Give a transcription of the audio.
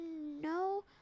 no